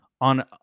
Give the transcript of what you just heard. on